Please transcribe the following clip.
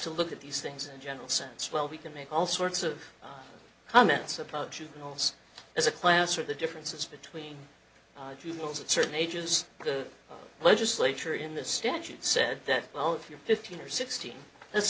to look at these things in general sense well we can make all sorts of comments approaches noles as a class or the differences between if you look at certain ages the legislature in the statute said that well if you're fifteen or sixteen that's